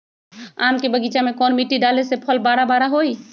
आम के बगीचा में कौन मिट्टी डाले से फल बारा बारा होई?